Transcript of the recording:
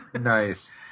Nice